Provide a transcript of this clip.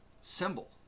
symbol